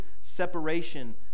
separation